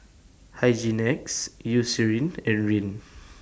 Hygin X Eucerin and Rene